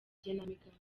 igenamigambi